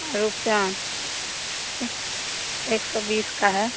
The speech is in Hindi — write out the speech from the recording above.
रूपचान एक सौ बीस का है